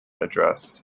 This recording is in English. address